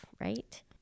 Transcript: Right